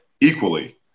equally